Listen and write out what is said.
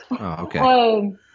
okay